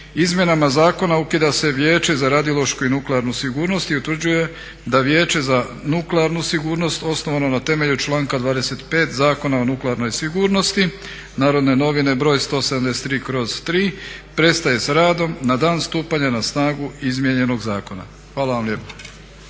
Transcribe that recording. Izmjenama zakona ukida se Vijeće za radiološku i nuklearnu sigurnost i utvrđuje da Vijeće za nuklearnu sigurnost osnovano na temelju članka 25. Zakona o nuklearnoj sigurnosti Narodne novine broj 173/3 prestaje s radom na dan stupanja na snagu izmijenjenog zakona. Hvala vam lijepo.